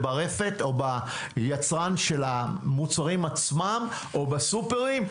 ברפת או ביצרן של המוצרים עצמם או בסופרים?